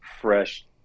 fresh